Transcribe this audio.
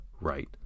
right